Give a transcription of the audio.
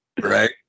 Right